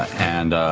and.